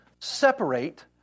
separate